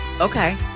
Okay